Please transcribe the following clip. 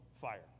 fire